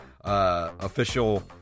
official